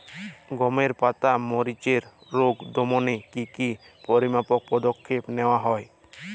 গমের পাতার মরিচের রোগ দমনে কি কি পরিমাপক পদক্ষেপ নেওয়া হয়?